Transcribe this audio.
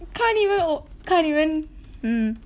can't even o~ can't even mm